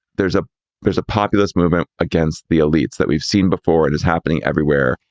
there's a there's a populist movement against the elites that we've seen before. it is happening everywhere.